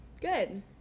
Good